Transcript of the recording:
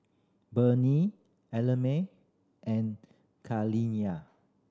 Ellamae and Kaliyah